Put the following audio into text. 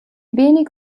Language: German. wenig